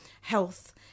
health